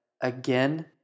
again